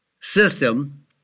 system